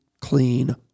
clean